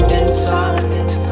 inside